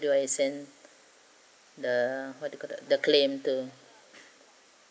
do I send the what do you call that the claim to